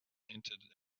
entered